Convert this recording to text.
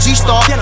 G-star